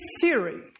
theory